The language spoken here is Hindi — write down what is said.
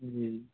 जी